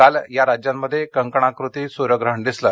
काल या राज्यांमध्ये कंकणाकृती सूर्यप्रहण दिसलं